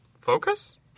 focus